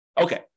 Okay